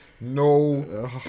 no